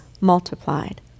multiplied